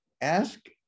ask